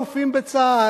אל תבואו, אלופים בצה"ל,